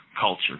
culture